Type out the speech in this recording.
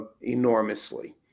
enormously